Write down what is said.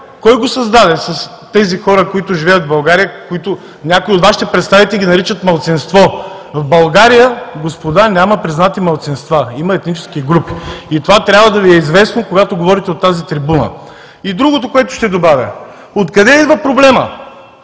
Кой създаде проблема с тези хора, които живеят в България? Някои от Вашите представители ги наричат „малцинство“. В България, господа, няма признати малцинства – има етнически групи. И това трябва да Ви е известно, когато говорите от тази трибуна. И другото, което ще добавя. Откъде идва проблемът?